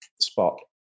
spot